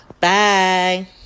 Bye